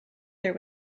there